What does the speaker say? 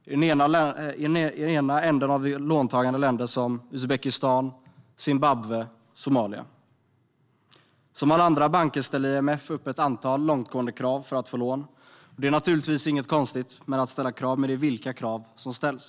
I den ena änden har vi låntagande länder som Uzbekistan, Zimbabwe och Somalia. Som alla andra banker ställer IMF upp ett antal långtgående krav för att få lån. Det är naturligtvis inget konstigt med att ställa krav, men det handlar om vilka krav som ställs.